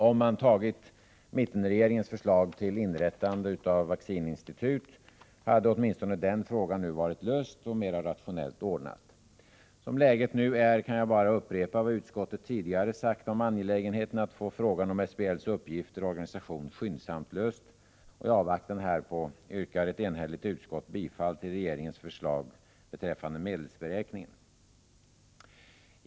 Om man accepterat mittenregeringens förslag om inrättande av ett vaccininstitut, hade åtminstone den frågan nu varit löst och mera rationellt ordnad. Som läget nu är kan jag bara upprepa vad utskottet tidigare sagt om angelägenheten av att få frågan om SBL:s uppgifter och organisation skyndsamt löst. I avvaktan härpå yrkar ett enhälligt utskott bifall till regeringens förslag till medelsberäkningar.